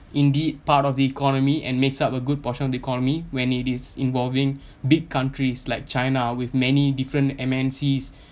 indeed part of the economy and makes up a good portion of the economy when it is involving big countries like china with many different M_N_Cs